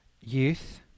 Youth